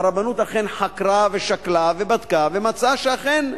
והרבנות אכן חקרה ושקלה ובדקה ומצאה שאכן,